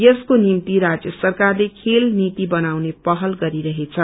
यसको निभ्ति राज्य सरकारले खेल नीति बनाउने पहल गरिरहेछ